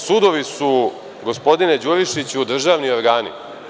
Sudovi su, gospodine Đurišiću, državni organi.